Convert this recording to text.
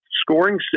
scoring